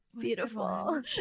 beautiful